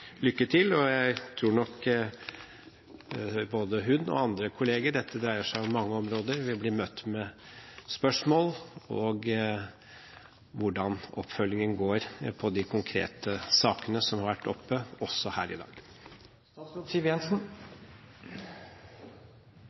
lykke til, og jeg tror nok at både hun og andre kolleger – for dette dreier seg om mange områder – vil bli møtt med spørsmål om hvordan oppfølgingen går på de konkrete sakene som har vært oppe her i dag.